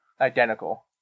Identical